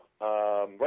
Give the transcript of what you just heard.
right